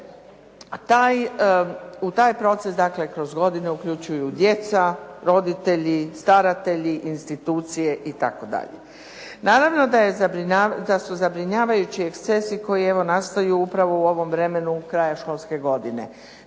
u taj proces kroz godine uključuju djeca, roditelji, staratelji, institucije itd. Naravno da su zabrinjavajući ekscesi koji evo nastaju upravo u ovom vremenu kraja školske godine.